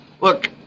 Look